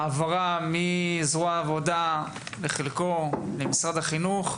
העברה מזרוע העבודה בחלקו למשרד החינוך,